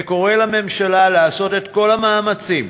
וקורא לממשלה לעשות את כל המאמצים,